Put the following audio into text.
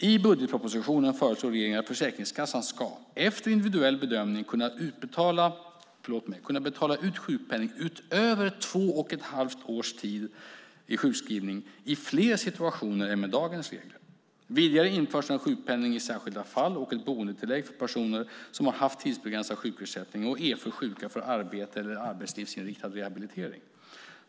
I budgetpropositionen föreslår regeringen att Försäkringskassan ska - efter en individuell bedömning - kunna betala ut sjukpenning utöver två och ett halvt års tid i sjukskrivning i fler situationer än med dagens regler. Vidare införs en sjukpenning i särskilda fall och ett boendetillägg för de personer som har haft tidsbegränsad sjukersättning och är för sjuka för arbete eller arbetslivsinriktad rehabilitering.